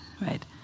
right